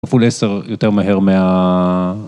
בפול 10 יותר מהר מה...